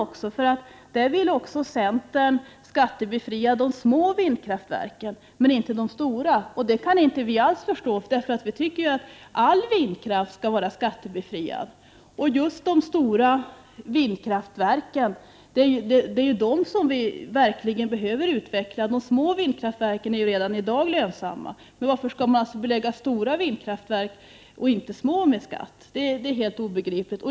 Centern vill nämligen skattebefria de små vindkraftverken, men inte de stora. Det kan inte vi alls förstå, för vi tycker att all vindkraft skall vara skattebefriad. Det är just de stora vindkraftverken vi verkligen behöver utveckla. De små vindkraftverken är redan i dag lönsamma. Varför skall stora vindkraftverk och inte små beläggas med skatt? Det är helt obegripligt.